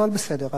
אבל בסדר,